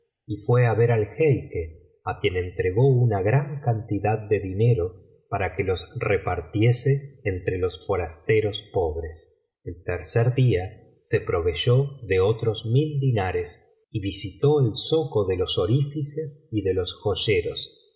y fué á ver al jeique á quien entregó una gran cantidad de dinares para que los repartiese entre los forasteros pobres el tercer día se proveyó de otros mil dinares y visitó el zoco de los orífices y de los joyeros